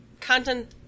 content